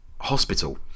hospital